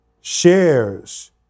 shares